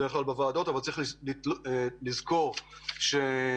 תקציביים בדבריי אבל צריך לזכור שכשמכוונים